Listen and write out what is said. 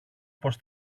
πως